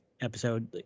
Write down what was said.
episode